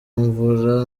mvura